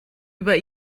über